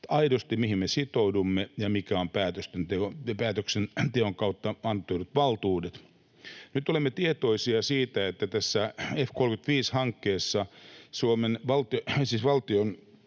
näemme aidosti, mihin me sitoudumme ja mitkä ovat päätöksenteon kautta annetut valtuudet. Nyt olemme tietoisia siitä, että tässä F-35‑hankkeessa